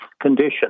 condition